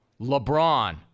LeBron